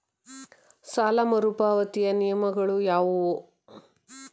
ಸಾಲ ಮರುಪಾವತಿಯ ನಿಯಮಗಳು ಯಾವುವು?